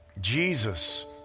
Jesus